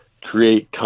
create